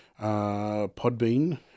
Podbean